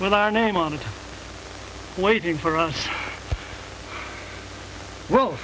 with our name on it waiting for us well